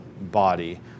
body